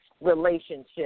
relationship